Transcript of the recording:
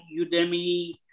Udemy